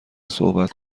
صحبت